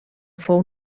fou